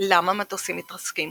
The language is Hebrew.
למה מטוסים מתרסקים